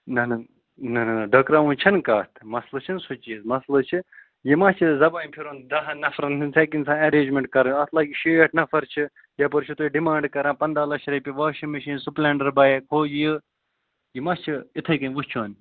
نہ نہ نہ نہ نہ ڈٔکراوٕنۍ چھَنہٕ کَتھ مَسلہٕ چھُنہٕ سُہ چیٖز مَسلہٕ چھِ یہِ مہ چھِ زبانہِ پھِرُن دَہن نَفَرن ہُنٛد ہٮ۪کہِ اِنسان اٮ۪رینٛجمٮ۪نٛٹ کَرٕنۍ اَتھ لَگہِ شیٹھ نَفَر چھِ یَپٲرۍ چھُو تُہۍ ڈِمانٛڈ کَران پنٛداہ لَچھ رۄپیہِ واشِنٛگ مِشیٖن سُپلٮ۪نٛڈَر بایک ہُہ یہِ یہِ ما چھِ یِتھَے کٔنۍ وٕچھُن